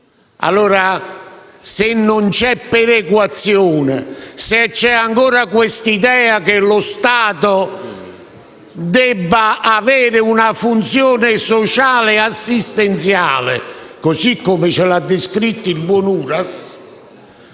Se non c'è perequazione, se c'è ancora quest'idea che lo Stato debba avere una funzione sociale e assistenziale, così come ce l'ha descritta il buon Uras,